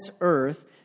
earth